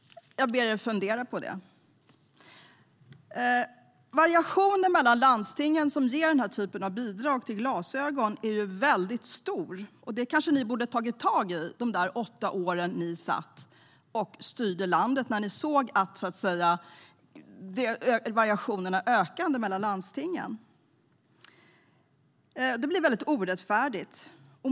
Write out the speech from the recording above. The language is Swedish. Jag ber er fundera på det. Det är stor variation mellan landstingen som ger denna typ av bidrag till glasögon. Det borde ni kanske ha tagit tag i de där åtta åren när ni styrde landet och såg att variationerna mellan landstingen ökade. Det blir orättfärdigt.